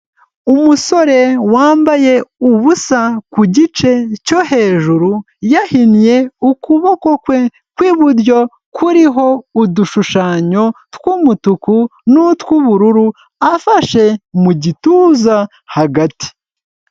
Umusore wambaye ubusa ku gice cyo hejuru, yahinnye ukuboko kwe kw'iburyo kuriho udushushanyo tw'umutuku n'utw'ubururu, afashe mu gituza hagati.